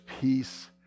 peace